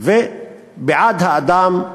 ובעד האדם.